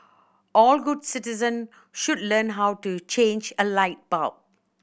all good citizen should learn how to change a light bulb